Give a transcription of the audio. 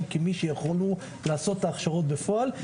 כמי שיכולנו לעשות את ההכשרות בפועל,